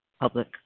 public